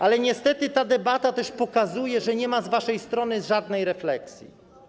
Ale niestety ta debata pokazuje też, że nie ma z waszej strony żadnej refleksji.